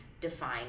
define